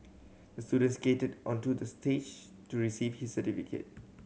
the student skated onto the stage to receive his certificate